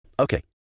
Okay